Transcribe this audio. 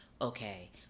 okay